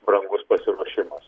brangus pasiruošimas